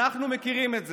אנחנו מכירים את זה.